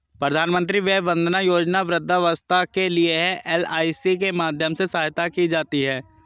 प्रधानमंत्री वय वंदना योजना वृद्धावस्था के लिए है, एल.आई.सी के माध्यम से सहायता की जाती है